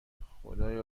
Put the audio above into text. خدایا